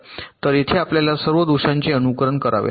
तर येथे आपल्याला सर्व दोषांचे अनुकरण करावे लागेल